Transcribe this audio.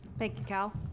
thank you,